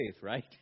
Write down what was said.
right